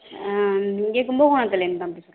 ஆ இங்கே கும்பகோணத்துலேர்ந்துதான் பேசுகிறோம்